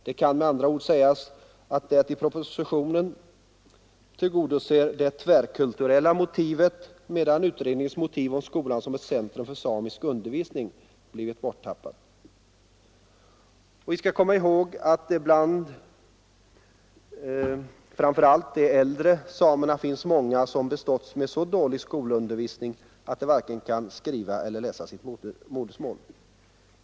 Det kan med andra ord sägas att propositionen tillgodoser det tvärkulturella motivet medan utredningens motiv om skolan som ett centrum för samisk undervisning har blivit borttappat. Vi skall komma ihåg att det bland framför allt de äldre samerna finns många som beståtts med så dålig skolundervisning att de varken kan skriva eller läsa sitt modersmål.